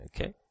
Okay